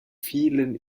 vielen